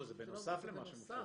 לא, זה בנוסף למה שמופיע פה.